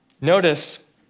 Notice